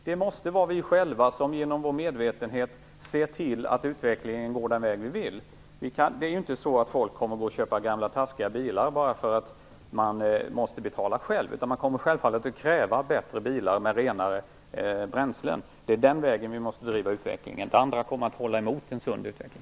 Det måste vara vi själva som genom vår medvetenhet ser till att utvecklingen går den väg vi vill. Det är ju inte så, att folk kommer att köpa gamla taskiga bilar bara för att de själva måste betala, utan de kommer självfallet att kräva bättre bilar med renare bränslen. Det är den vägen som vi måste driva utvecklingen så att vi inte håller emot en sund utveckling.